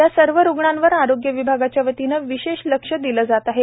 या सर्वरुग्णांवर आरोग्य विभागाच्या वतीने विशेष लक्ष दिले जात आहेत